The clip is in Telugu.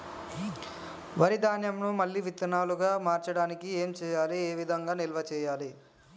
వరి ధాన్యము మళ్ళీ విత్తనాలు గా మార్చడానికి ఏం చేయాలి ఏ విధంగా నిల్వ చేయాలి?